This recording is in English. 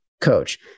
coach